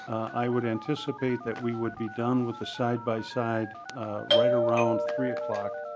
i would anticipate that we would be done with the side-by-side right around three ah like